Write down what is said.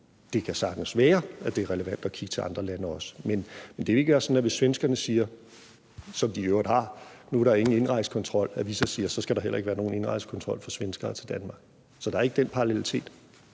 Det kan sagtens være, at det er relevant at kigge til andre lande også. Men det vil ikke være sådan, hvis svenskerne siger – som de i øvrigt har gjort – at nu er der ingen indrejsekontrol, at vi så siger, at så skal der heller ikke være nogen indrejsekontrol for svenskere til Danmark. Så der er ikke den parallelitet.